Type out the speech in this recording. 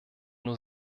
nur